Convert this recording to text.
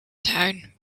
town